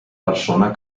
persona